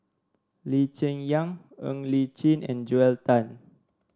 Lee Cheng Yan Ng Li Chin and Joel Tan